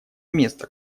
место